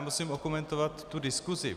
Musím okomentovat diskusi.